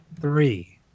Three